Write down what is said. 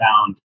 found